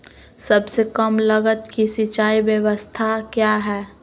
सबसे कम लगत की सिंचाई ब्यास्ता क्या है?